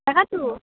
তাকেতো